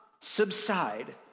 subside